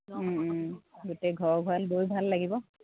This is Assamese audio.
গোটেই ঘৰ ভঁৰাল গৈয়ো ভাল লাগিব